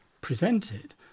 presented